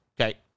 okay